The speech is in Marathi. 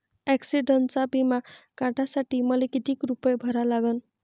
ॲक्सिडंटचा बिमा काढा साठी मले किती रूपे भरा लागन?